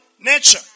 Nature